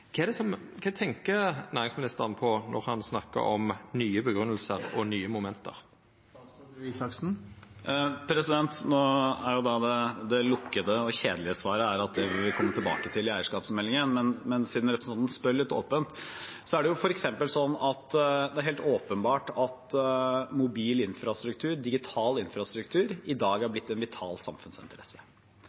næringsministeren på når han snakkar om «nye begrunnelser» og nye moment? Det lukkede og kjedelige svaret er at det vil vi komme tilbake til i eierskapsmeldingen. Men siden representanten spør litt åpent: Det er helt åpenbart at mobil infrastruktur, digital infrastruktur, i dag er blitt en vital samfunnsinteresse.